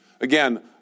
Again